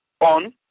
on